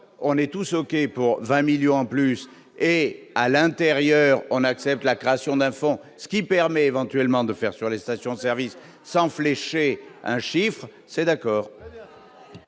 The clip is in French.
on est tous ok pour 20 millions en plus et à l'intérieur, on accepte la création d'un fonds, ce qui permet éventuellement de faire sur les stations-service sans fléché un chiffre c'est d'accord.